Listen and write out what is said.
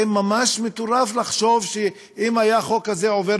זה ממש מטורף לחשוב שאם היה החוק הזה עובר